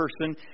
person